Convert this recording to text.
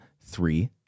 three